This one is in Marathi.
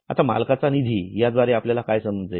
आता मालकांचा निधी याद्वारे आपल्याला काय समजले